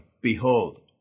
behold